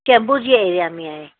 चेम्बूर जी एरिआ में आहे